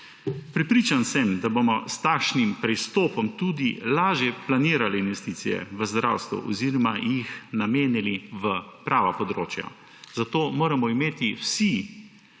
Prepričan sem, da bomo s takšnim pristopom tudi lažje planirali investicije v zdravstvu oziroma jih namenili v prava področja. Zato moramo imeti vsi